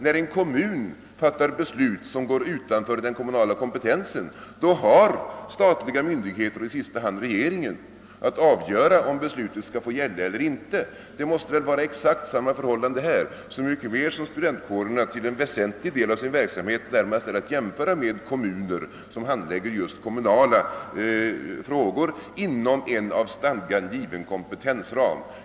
När en kommun fattar beslut som går utanför den kommunala kompetensen har statliga myndigheter och i sista hand regeringen att avgöra om beslutet skall få gälla eller inte. Det måste vara exakt samma förhållande här, så mycket mer som en väsentlig del av studentkårernas verksamhet närmast är att jämföra med kommuner som handlägger just kommunala frågor inom en i stadga given kompetensram.